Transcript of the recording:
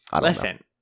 Listen